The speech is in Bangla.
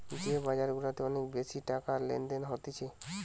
যে বাজার গুলাতে অনেক বেশি টাকার লেনদেন হতিছে